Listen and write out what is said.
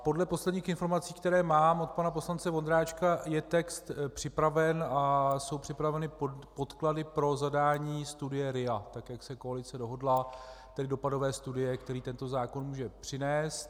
Podle posledních informací, které mám od pana poslance Vondráčka, je text připraven a jsou připraveny podklady pro zadání studie RIA, tak jak se koalice dohodla, tak dopadové studie, který tento zákon může přinést.